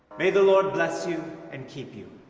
may the lord bless you and keep you,